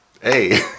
Hey